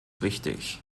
wichtig